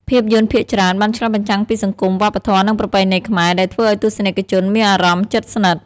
ភាពយន្តភាគច្រើនបានឆ្លុះបញ្ចាំងពីសង្គម វប្បធម៌ និងប្រពៃណីខ្មែរ ដែលធ្វើឱ្យទស្សនិកជនមានអារម្មណ៍ជិតស្និទ្ធ។